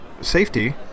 safety